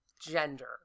Gender